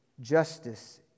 justice